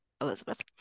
Elizabeth